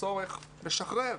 הצורך לשחרר.